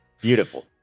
Beautiful